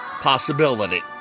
possibility